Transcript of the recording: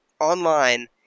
online